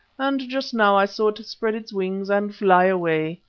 and just now i saw it spread its wings and fly away.